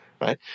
right